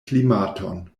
klimaton